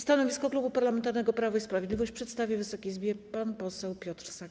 Stanowisko Klubu Parlamentarnego Prawo i Sprawiedliwość przedstawi Wysokiej Izbie pan poseł Piotr Sak.